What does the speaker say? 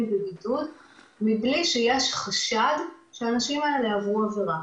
בבידוד מבלי שיש חשד שהאנשים האלה עברו עברה.